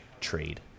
trade